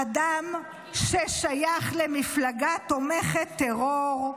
אדם ששייך למפלגה תומכת טרור,